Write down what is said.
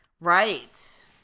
Right